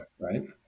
right